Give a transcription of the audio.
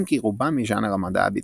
אם כי רובם מז'אנר המדע הבדיוני.